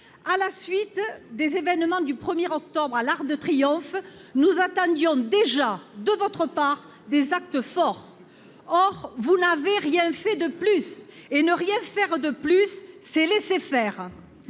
À la suite des événements survenus, le 1 décembre dernier, à l'Arc de Triomphe, nous attendions déjà, de votre part, des actes forts. Or vous n'avez rien fait de plus, et ne rien faire de plus, c'est laisser faire.